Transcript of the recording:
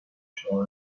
شعاع